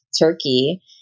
Turkey